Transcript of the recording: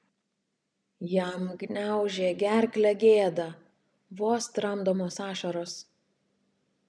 jam gniaužė gerklę gėda vos tramdomos ašaros